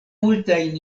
multajn